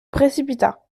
précipita